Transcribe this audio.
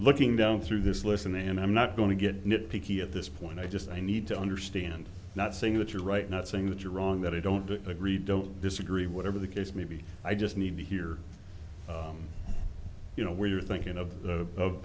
looking down through this list and i'm not going to get nit picky at this point i just i need to understand not saying that you're right not saying that you're wrong that i don't agree don't disagree whatever the case may be i just need to hear you know where you're thinking of the of